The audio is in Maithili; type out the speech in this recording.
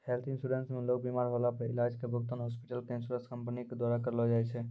हेल्थ इन्शुरन्स मे लोग बिमार होला पर इलाज के भुगतान हॉस्पिटल क इन्शुरन्स कम्पनी के द्वारा करलौ जाय छै